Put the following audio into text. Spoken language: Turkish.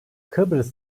kıbrıs